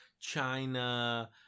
China